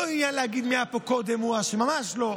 לא עניין להגיד מי היה פה קודם, ממש לא.